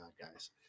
guys